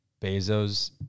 Bezos